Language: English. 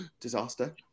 disaster